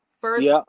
first